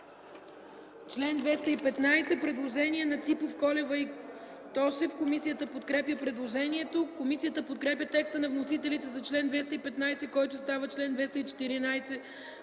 чл. 220 – предложение на Ципов, Колева и Тошев. Комисията подкрепя предложението. Комисията подкрепя текста на вносителите за чл. 220, който става чл. 219,